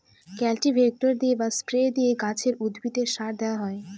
cultivator দিয়ে বা spray দিয়ে গাছে, উদ্ভিদে সার দেওয়া হয়